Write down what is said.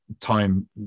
time